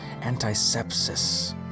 antisepsis